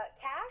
cash